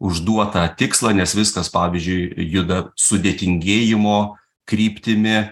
užduotą tikslą nes viskas pavyzdžiui juda sudėtingėjimo kryptimi